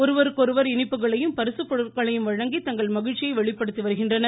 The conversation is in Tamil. ஒருவருக்கொருவர் இனிப்புகளையும் பரிசுப்பொருட்களையும் வழங்கி தங்கள் மகிழ்ச்சியை வெளிப்படுத்தி வருகின்றனர்